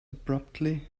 abruptly